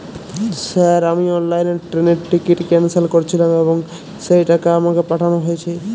Sir আমি অনলাইনে ট্রেনের টিকিট ক্যানসেল করেছিলাম এবং সেই টাকা আমাকে পাঠানো হয়েছে?